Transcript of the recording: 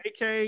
AK